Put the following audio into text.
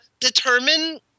determine